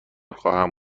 خواهم